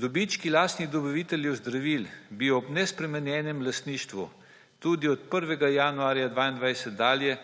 Dobički lastnih dobaviteljev zdravil bi ob nespremenjenem lastništvu tudi od 1. januarja 2022 dalje